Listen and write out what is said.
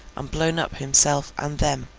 and blown up himself and them.